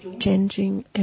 Changing